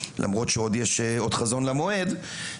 למרות שיש עוד חזון למועד,